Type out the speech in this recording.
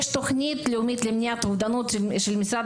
יש תוכנית לאומית למניעת אובדנות של משרד